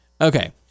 Okay